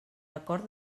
acord